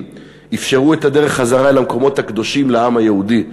אפשרו את הדרך חזרה אל המקומות הקדושים לעם היהודי,